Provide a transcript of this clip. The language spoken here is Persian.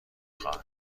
خواهد